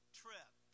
trip